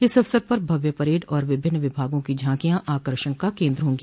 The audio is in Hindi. इस अवसर पर भव्य परेड और विभिन्न विभागों की झांकियां आकर्षण का केन्द्र होगी